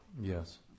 Yes